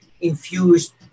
infused